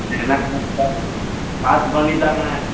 என்னாண்ணப் பார்த்து பார்த்துப் பண்ணித் தாங்கண்ணே